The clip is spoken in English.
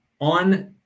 On